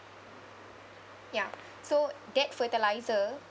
ya so that fertilizer